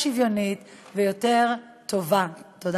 תודה